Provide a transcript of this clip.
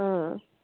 अँ